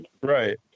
Right